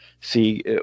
see